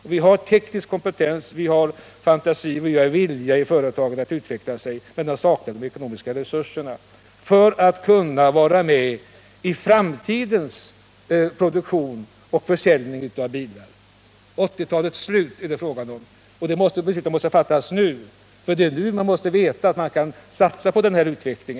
Man har teknisk kompetens, fantasi och vilja till utveckling — men man saknar de ekonomiska resurserna för att kunna vara med i framtidens produktion och försäljning av bilar. Det är fråga om 1980-talets slut, men besluten måste fattas nu. Det är nämligen nu man måste veta att man kan satsa på en utveckling.